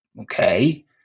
Okay